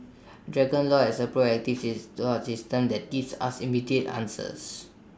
dragon law has A proactive sees support system that gives us immediate answers